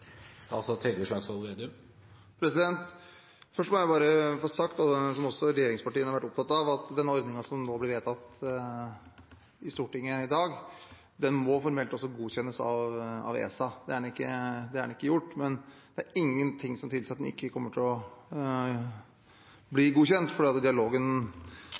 Først må jeg bare få sagt, som også regjeringspartiene har vært opptatt av, at denne ordningen som nå blir vedtatt i Stortinget i dag, må formelt også godkjennes av ESA. Det er ikke gjort, men det er ingenting som tilsier at den ikke kommer til å bli godkjent, for dialogen